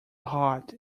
hot